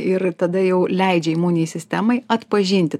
ir tada jau leidžia imuninei sistemai atpažinti